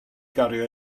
gario